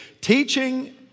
teaching